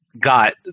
got